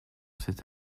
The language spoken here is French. cet